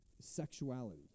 Sexuality